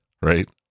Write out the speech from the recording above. Right